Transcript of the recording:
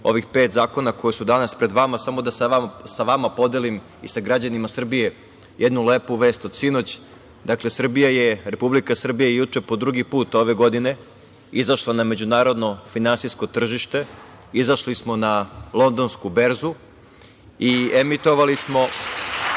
ovih pet zakona koji su danas pred vama, da sa vama i sa građanima Srbije podelim jednu lepu vest od sinoć. Dakle, Republika Srbija je juče po drugi put ove godine izašla na međunarodno finansijsko tržište. Izašli smo na Londonsku berzu i ponudili smo